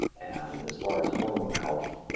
and as far as hormone health,